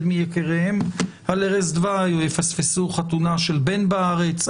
מיקיריהם על ערש דווי או יפספסו חתונה של בן בארץ?